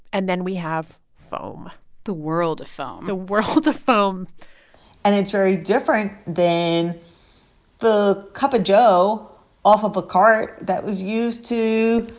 and then we have foam the world of foam the world of foam and it's very different than the cup of joe off of a cart that was used to,